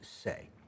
say